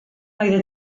oedd